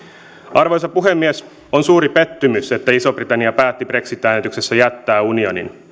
arvoisa puhemies on suuri pettymys että iso britannia päätti brexit äänestyksessä jättää unionin